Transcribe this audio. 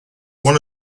one